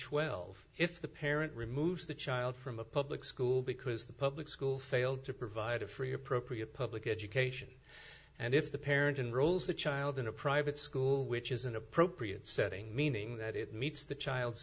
twelve if the parent removes the child from a public school because the public school failed to provide a free appropriate public education and if the parent in rolls the child in a private school which is an appropriate setting meaning that it meets the child's